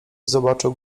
zobaczył